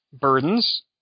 burdens